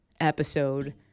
episode